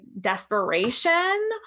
desperation